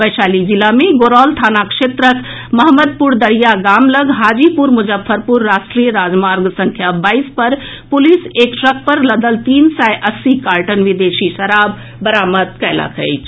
वैशाली जिला मे गोरौल थाना क्षेत्रक महमदपुर दरिया गाम लऽग हाजीपुर मजफ्फरपुर राष्ट्रीय राजमार्ग संख्या बाईस पर पुलिस एक ट्रक पर लदल तीन सय अस्सी कार्टन विदेशी शराब बरामद कयलक अछि